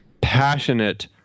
passionate